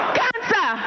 cancer